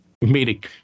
Meeting